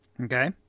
Okay